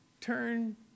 Turn